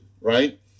right